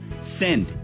send